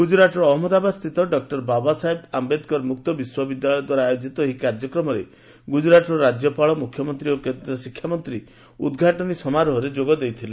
ଗୁଜୁରାଟର ଅହନ୍ମଦାବାଦସ୍ଥିତ ଡକୁର ବାବାସାହେବ ଆୟେଦକର ମୁକ୍ତ ବିଶ୍ୱବିଦ୍ୟାଳୟ ଦ୍ୱାରା ଆୟୋଜିତ ଏହି କାର୍ଯ୍ୟକ୍ରମରେ ଗୁଜ୍ଜୁରାଟର ରାଜ୍ୟପାଳ ମୁଖ୍ୟମନ୍ତ୍ରୀ ଓ କେନ୍ଦ୍ର ଶିକ୍ଷାମନ୍ତ୍ରୀ ଉଦ୍ଘାଟନୀ ସମାରୋହରେ ଯୋଗ ଦେଇଥିଲେ